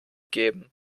geben